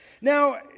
Now